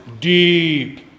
deep